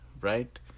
right